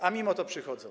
A mimo to przychodzą.